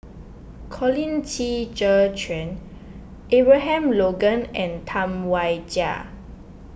Colin Qi Zhe Quan Abraham Logan and Tam Wai Jia